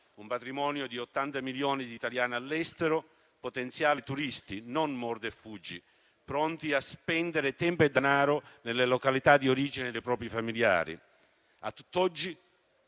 un patrimonio di 80 milioni di italiani all'estero: potenziali turisti non mordi e fuggi, ma pronti a spendere tempo e denaro nelle località di origine dei propri familiari. A tutt'oggi,